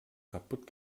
kaputt